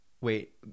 Wait